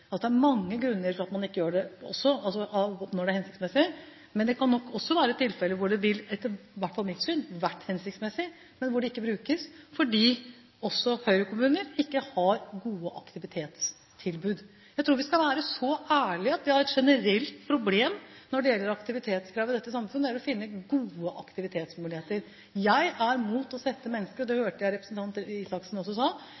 aktivitet. Det er mange grunner til at man ikke gjør det når det er hensiktsmessig, men det kan nok også være tilfeller, hvor det, i hvert fall etter mitt syn, ville ha vært hensiktsmessig, men hvor det ikke brukes fordi også Høyre-kommuner ikke har gode aktivitetstilbud. Jeg tror vi skal være så ærlige å si at vi har et generelt problem når det gjelder aktivitetskrav i dette samfunnet, og det er å finne gode aktivitetsmuligheter. Jeg hørte at representanten Røe Isaksen også sa